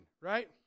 right